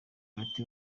bati